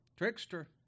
Trickster